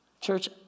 Church